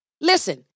Listen